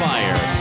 Fire